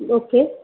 okay